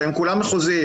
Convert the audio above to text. והם כולם מחוזיים,